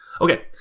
Okay